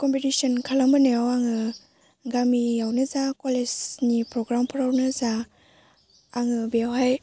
competition खालामहोनायाव आङो गामियावनो जा कलेजनि प्रग्रामफोरावनो जा आङो बेयावहाय